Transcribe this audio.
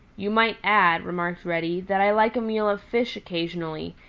you might add, remarked reddy, that i like a meal of fish occasionally,